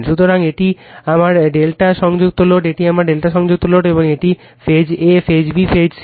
সুতরাং এটি আমার Δ সংযুক্ত লোড এটি আমার Δ সংযুক্ত লোড এবং এটি phase A phase B phase C